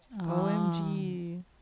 OMG